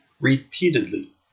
repeatedly